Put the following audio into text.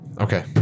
Okay